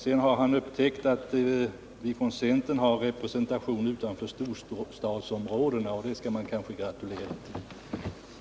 Sedan har Hans Gustafsson upptäckt att centern har representation utanför storstadsområdena, och det skall man kanske gratulera honom till.